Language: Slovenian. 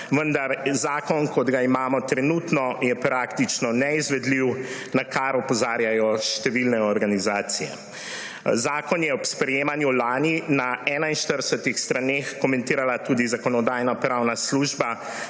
vendar zakon, kot ga imamo trenutno, je praktično neizvedljiv, na kar opozarjajo številne organizacije. Zakon je ob sprejemanju lani na 41 straneh komentirala tudi Zakonodajno-pravna služba